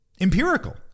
empirical